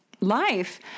life